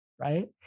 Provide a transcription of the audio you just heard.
Right